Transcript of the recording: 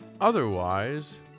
Otherwise